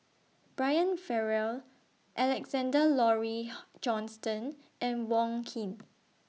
Brian Farrell Alexander Laurie Johnston and Wong Keen